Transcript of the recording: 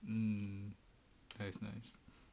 mm that's nice